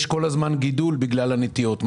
יש כל הזמן גידול בגלל הנטיעות.